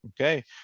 Okay